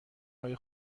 های